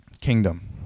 kingdom